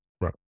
right